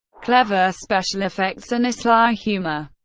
clever special effects and a sly humor.